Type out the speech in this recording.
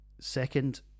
second